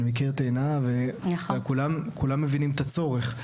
אני מכיר את עינב וכולם מבינים את הצורך,